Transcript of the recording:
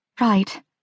Right